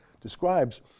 describes